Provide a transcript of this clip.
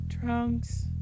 Trunks